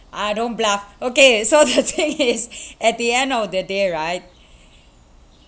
ah don't bluff okay so the thing is at the end of the day right